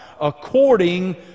according